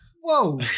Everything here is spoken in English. whoa